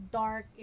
dark